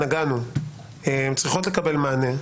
הן צריכות לקבל מענה.